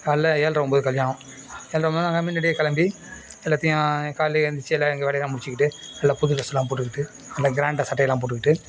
காலைல ஏழ்ரை ஒம்பது கல்யாணம் ஏழ்ரை ஒம்பதுன்னா நாங்கள் முன்னடியே கிளம்பி எல்லாத்தையும் காலைலே எழுந்திருச்சி எல்லா எங்கள் வேலயெல்லாம் முடிச்சுக்கிட்டு நல்லா புது ட்ரெஸ்லாம் போட்டுக்கிட்டு நல்லா க்ராண்டா சட்டையெல்லாம் போட்டுக்கிட்டு